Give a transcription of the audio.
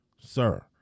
sir